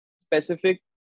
specific